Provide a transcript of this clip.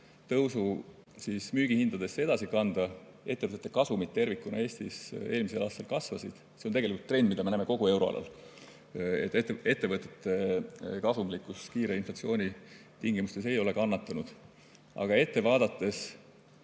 tõusu müügihindadesse edasi kanda. Ettevõtete kasumid tervikuna Eestis eelmisel aastal kasvasid ja see on tegelikult trend, mida me näeme kogu euroalal. Ettevõtete kasumlikkus ei ole kiire inflatsiooni tingimustes kannatanud. Aga ette vaadates